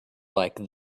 like